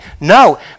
No